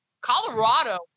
Colorado –